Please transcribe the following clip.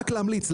רק להמליץ,